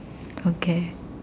okay